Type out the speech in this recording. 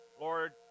Lord